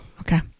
okay